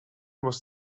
was